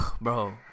bro